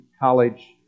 college